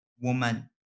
Woman